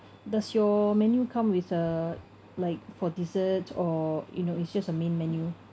does your menu come with a like for desserts or you know it's just the main menu